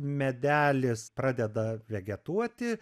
medelis pradeda vegetuoti